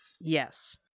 Yes